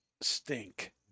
stink